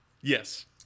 Yes